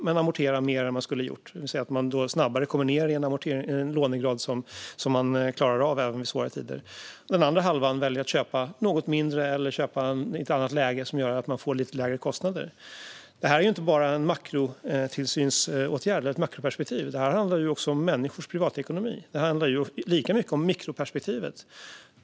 Men de amorterar mer än vad de annars skulle ha gjort, vilket innebär att de snabbare kommer ned i en lånegrad som de klarar av även i svårare tider. Den andra halvan väljer att köpa något mindre eller något i ett annat läge som gör att de får lite lägre kostnader. Detta är inte bara en makrotillsynsåtgärd eller ett makroperspektiv. Det handlar också om människors privatekonomi. Det handlar lika mycket om mikroperspektivet.